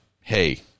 Hey